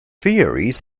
theories